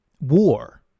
war